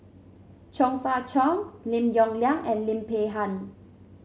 Chong Fah Cheong Lim Yong Liang and Lim Peng Han